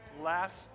Last